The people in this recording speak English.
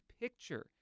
picture